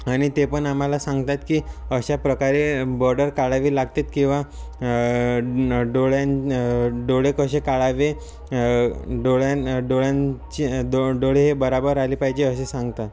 आणि ते पण आम्हाला सांगत आहेत की अशाप्रकारे बॉर्डर काढावी लागते किंवा डोळ्यान डोळे कसे काढावे डोळ्यान डोळ्यांची द डोळे हे बरोबर आले पाहिजे असे सांगतात